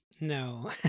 No